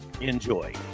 Enjoy